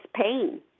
pain